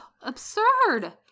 absurd